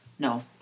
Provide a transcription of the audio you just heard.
No